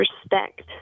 respect